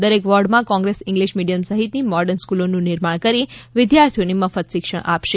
દરેક વોર્ડમાં Congress English medium modern મોર્ડન સ્ફ્નલોનું નિર્માણ કરી વિધાર્થીઓને મક્ત શિક્ષણ અપાશે